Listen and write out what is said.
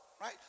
right